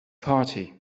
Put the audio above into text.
party